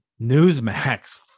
newsmax